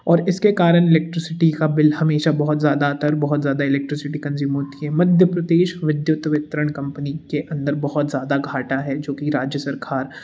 और इसके कारण इलेक्ट्रिसिटी का बिल हमेशा बहुत ज़्यादा आता है और बहुत इलेक्ट्रिसिटी कंज्यूम होती है मध्य प्रदेश विद्युत वितरण कम्पनी के अंदर बहुत ज़्यादा घाटा है जो कि राज्य सरकार